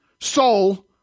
soul